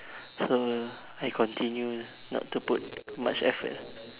so I continue not to put much effort